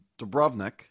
Dubrovnik